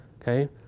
okay